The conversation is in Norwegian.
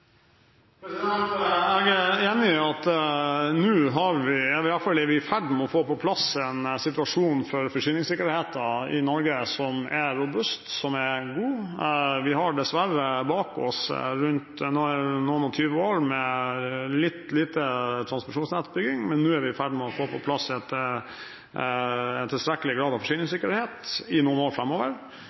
Jeg er enig i at nå er vi i ferd med å få på plass en situasjon for forsyningssikkerheten i Norge som er robust, som er god. Vi har dessverre bak oss rundt noen og tjue år med litt lite transmisjonsnettbygging, men nå er vi i ferd med å få på plass en tilstrekkelig grad av forsyningssikkerhet i noen år